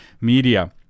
media